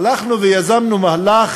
הלכנו ויזמנו מהלך,